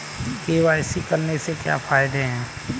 KYC करने के क्या क्या फायदे हैं?